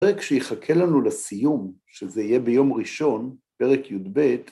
הפרק שיחכה לנו לסיום, שזה יהיה ביום ראשון, פרק י"ב,